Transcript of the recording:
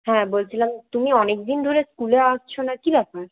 হ্যাঁ বলছিলাম তুমি অনেকদিন ধরে স্কুলে আসছো না কি ব্যাপার